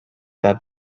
that